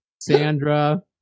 sandra